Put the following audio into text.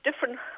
different